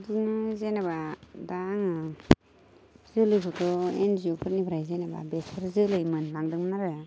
बिदिनो जेनेबा दा आङो जोलैफोरखौ एनजिअफोरनिफ्राय जेनेबा बेसर जोलै मोनलांदोंमोन आरो